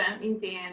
Museum